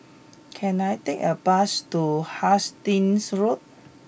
can I take a bus to Hastings Road